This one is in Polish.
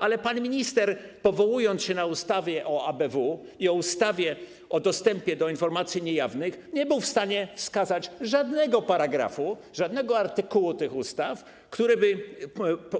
Ale pan minister, powołując się na ustawę o ABW i na ustawę o dostępie do informacji niejawnych, nie był w stanie wskazać żadnego paragrafu, żadnego artykułu tych ustaw, który by